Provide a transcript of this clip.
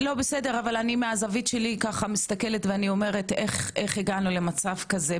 בסדר אבל אני מהזווית שלי ככה מסתכלת ואני אומרת איך הגענו למצב כזה,